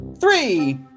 three